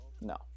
No